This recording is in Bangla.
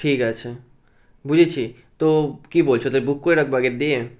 ঠিক আছে বুঝেছি তো কী বলছো তাহলে বুক করে রাখবো আগের দিয়ে